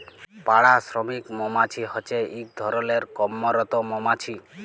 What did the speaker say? পাড়া শ্রমিক মমাছি হছে ইক ধরলের কম্মরত মমাছি